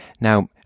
Now